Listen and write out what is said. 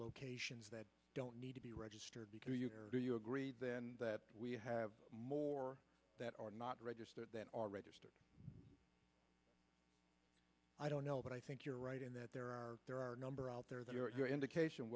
locations that don't need to be registered do you agree then that we have more that are not registered than are registered i don't know but i think you're right in that there are there are a number out there is an indication